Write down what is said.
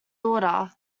daughter